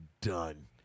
done